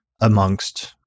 amongst